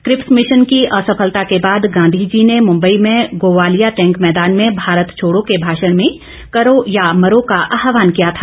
Cripps mission की असफलता के बाद गांधी जी ने मुंबई में गोवालिया टैंक मैदान में भारत छोड़ो के माषण में करो या मरो का आहवान किया था